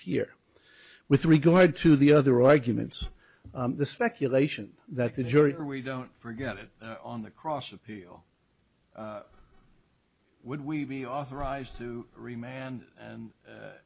here with regard to the other arguments the speculation that the jury we don't forget it on the cross appeal would we be authorized to remain and